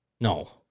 No